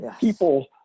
People